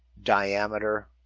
diameter.